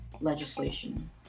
legislation